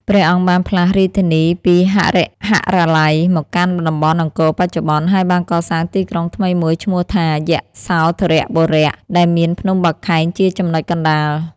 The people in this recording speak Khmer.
ព្រះអង្គបានផ្លាស់រាជធានីពីហរិហរាល័យ មកកាន់តំបន់អង្គរបច្ចុប្បន្ន ហើយបានកសាងទីក្រុងថ្មីមួយឈ្មោះថា យសោធរបុរៈ ដែលមានភ្នំបាខែងជាចំណុចកណ្ដាល។